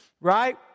Right